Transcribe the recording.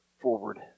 forward